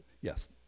Yes